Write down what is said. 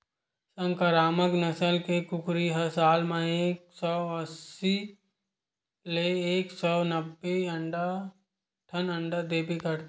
संकरामक नसल के कुकरी ह साल म एक सौ अस्सी ले एक सौ नब्बे ठन अंडा देबे करथे